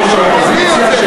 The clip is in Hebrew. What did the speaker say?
יושבת-ראש האופוזיציה שלי